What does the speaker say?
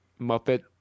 Muppet